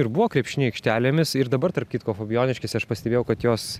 ir buvo krepšinio aikštelėmis ir dabar tarp kitko fabijoniškėse aš pastebėjau kad jos